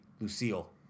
Lucille